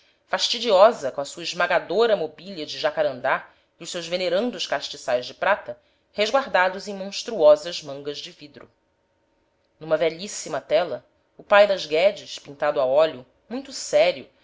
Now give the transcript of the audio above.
fastidiosa com a sua esmagadora mobília de jacarandá e os seus venerandos castiçais de prata resguardados em monstruosas mangas de vidro numa velhíssima tela o pai das guedes pintado a óleo muito sério